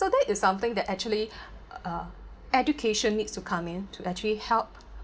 so that is something that actually uh education needs to come in to actually help